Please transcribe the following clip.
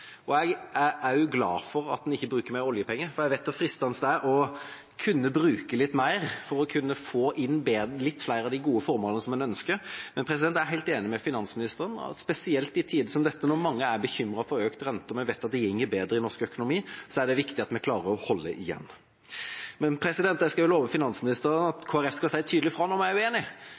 Jeg er også glad for at en ikke bruker mer oljepenger, for jeg vet hvor fristende det er å bruke litt mer for å kunne få inn litt flere av de gode formålene en ønsker. Jeg er helt enig med finansministeren i at spesielt i tider som dette, når mange er bekymret for økt rente og vi vet det går bedre i norsk økonomi, er det viktig at vi klarer å holde igjen. Men jeg skal også love finansministeren at Kristelig Folkeparti skal si tydelig fra når vi er